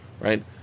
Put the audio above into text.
right